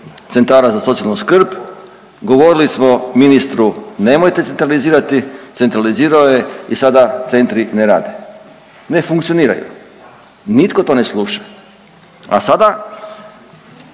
centara za socijalnu skrb, govorili smo ministru nemojte centralizirati, centralizirao je i sada centri ne rade, ne funkcioniraju. Nitko to ne sluša, a sada